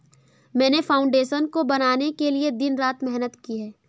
मैंने फाउंडेशन को बनाने के लिए दिन रात मेहनत की है